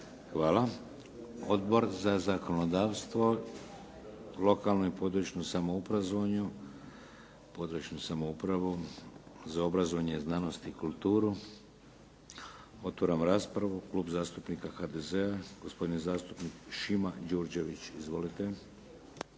Hvala. Odbor za zakonodavstvo, lokalnu i područnu samoupravu, za obrazovanje, znanost i kulturu. Otvaram raspravu. Klub zastupnika HDZ-a, gospodin zastupnik Šima Đurđević. Izvolite.